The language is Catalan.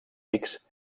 pics